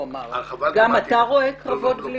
גם אתה רואה קרבות בלימה?